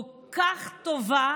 כל כך טובה,